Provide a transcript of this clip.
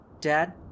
Dad